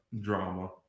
drama